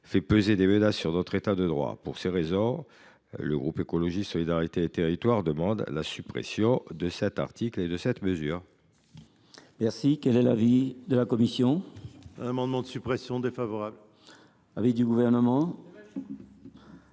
fait peser des menaces sur notre État de droit. Pour ces raisons, le groupe Écologiste – Solidarité et Territoires demande la suppression de cet article. Quel est